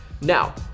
Now